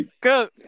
go